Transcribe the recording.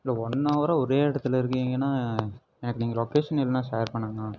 இல்லை ஒன்னவரா ஒரே இடத்துல இருக்கீங்கன்னால் எனக்கு நீங்கள் லொக்கேஷன் இல்லைனா ஷேர் பண்ணுங்கண்ணா